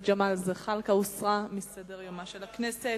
ג'מאל זחאלקה הוסרה מסדר-יומה של הכנסת.